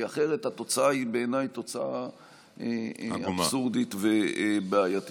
אחרת התוצאה היא בעיניי תוצאה אבסורדית ובעייתית.